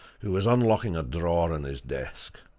who was unlocking a drawer in his desk.